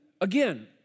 again